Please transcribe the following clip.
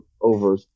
over